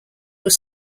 were